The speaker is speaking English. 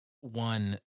One